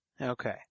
Okay